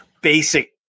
basic